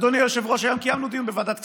אדוני היושב-ראש, היום קיימנו דיון בוועדת הכספים,